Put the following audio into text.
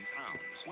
pounds